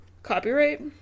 copyright